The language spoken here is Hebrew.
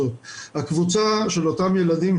הקבוצה של אותם ילדים,